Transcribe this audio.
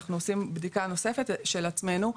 אנחנו עושים בדיקה נוספת של עצמנו.